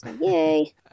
Yay